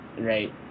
right